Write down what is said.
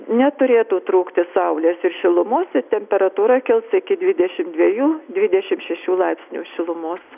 neturėtų trūkti saulės ir šilumos temperatūra kils iki dvidešimt dviejų dvidešimt šešių laipsnių šilumos